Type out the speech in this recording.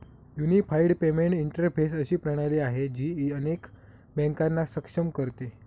unified payment interface अशी प्रणाली आहे, जी अनेक बँकांना सक्षम करते